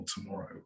tomorrow